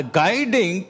guiding